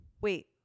Wait